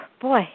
boy